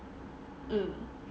mm